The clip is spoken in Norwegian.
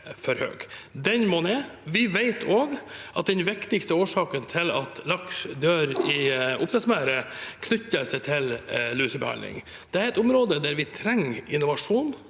Den må ned. Vi vet også at den viktigste årsaken til at laks dør i oppdrettsmerder, knytter seg til lusebehandling. Dette er et område der vi trenger innovasjon,